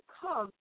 come